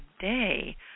today